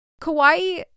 Kauai